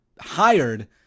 hired